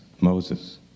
Moses